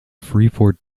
freeport